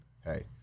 hey